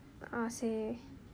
a'ah seh